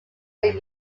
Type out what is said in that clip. were